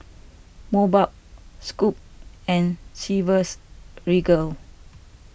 Mobot Scoot and Chivas Regal